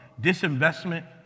disinvestment